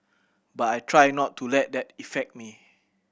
but I try not to let that effect me